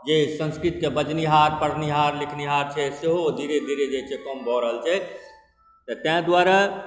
जाहि संस्कृतके बजनिहार पढ़निहार लिखनिहार छै सेहो धीरे धीरे जे छै कम भऽ रहल छै तऽ तेँ दुआरे